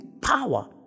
power